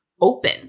open